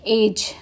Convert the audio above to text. age